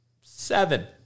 seven